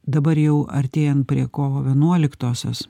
dabar jau artėjant prie kovo vienuoliktosios